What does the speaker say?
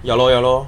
ya lor ya lor